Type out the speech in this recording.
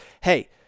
Hey